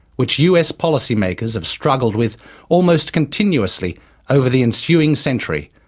which us policymakers have struggled with almost continuously over the ensuing century,